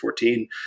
2014